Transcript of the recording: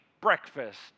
breakfast